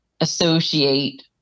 associate